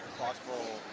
thoughtful